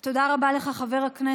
אור השמש צריך לחטא.